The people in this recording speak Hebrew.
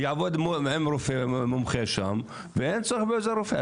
יעבוד עם רופא מומחה שם ואין צורך בעוזר רופא.